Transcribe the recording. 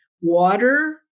water